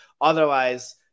otherwise